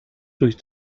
durch